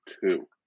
two